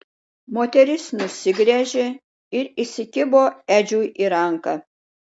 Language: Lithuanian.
moteris nusigręžė ir įsikibo edžiui į ranką